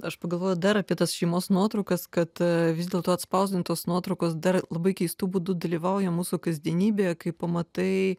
aš pagalvojau dar apie tas šeimos nuotraukas kad vis dėlto atspausdintos nuotraukos dar labai keistu būdu dalyvauja mūsų kasdienybėje kai pamatai